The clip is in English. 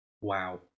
Wow